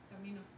Camino